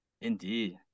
Indeed